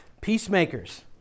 peacemakers